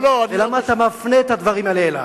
ולמה אתה מפנה את הדברים האלה אלי?